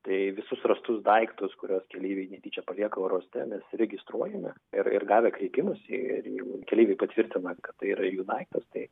tai visus rastus daiktus kuriuos keleiviai netyčia palieka oro uoste mes registruojame ir ir gavę kreipimąsi ir jeigu keleiviai patvirtina kad tai yra jų daiktas tai